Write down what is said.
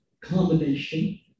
combination